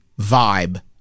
vibe